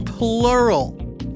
Plural